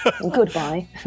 Goodbye